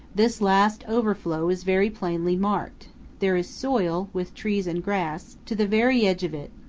this last overflow is very plainly marked there is soil, with trees and grass, to the very edge of it,